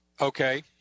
Okay